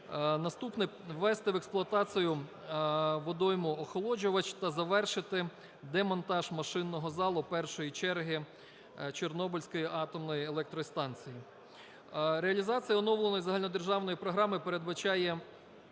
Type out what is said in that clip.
Наступне. Ввести а експлуатацію водойму-охолоджувач та завершити демонтаж машинного залу першої черги Чорнобильської атомної електростанції. Реалізація оновленої загальнодержавної програми передбачає